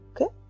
Okay